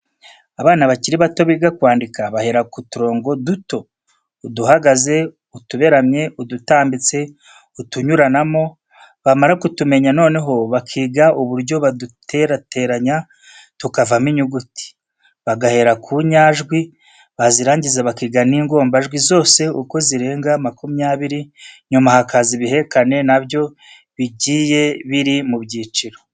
Abana bakiri bato biga kwandika bahera ku turongo duto, uduhagaze, utuberamye, udutambitse, utunyuranamo, bamara kutumenya noneho bakiga uburyo baduterateranya tukavamo inyuguti, bagahera ku nyajwi, bazirangiza bakiga n'ingombajwi zose uko zirenga makumyabiri, nyuma hakaza ibihekane na byo bigiye biri mu byiciro.